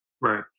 Right